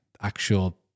actual